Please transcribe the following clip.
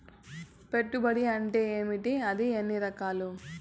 పెట్టుబడి అంటే ఏమి అది ఎన్ని రకాలు